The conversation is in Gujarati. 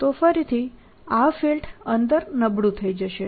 તો ફરીથી આ ફિલ્ડ અંદર નબળું થઈ જશે